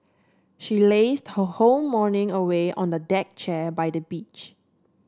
she lazed her whole morning away on a deck chair by the beach